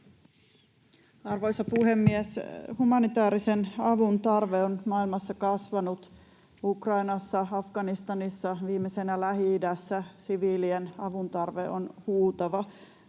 Arvoisa puhemies! Humanitäärisen avun tarve on maailmassa kasvanut: Ukrainassa, Afganistanissa, viimeisenä Lähi-idässä sivii-lien avun tarve on huutava.